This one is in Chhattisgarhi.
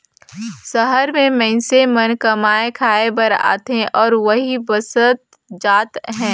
सहर में मईनसे मन कमाए खाये बर आथे अउ उहींच बसत जात हें